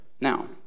now